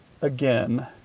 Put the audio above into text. again